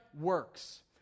works